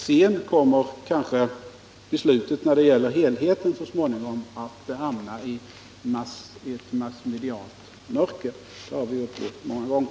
Sedan kommer kanske besluten när det gäller helheten så småningom att hamna i ett massmedialt mörker. — Det har vi upplevt många gånger.